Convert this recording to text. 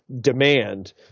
demand